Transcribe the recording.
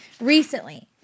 Recently-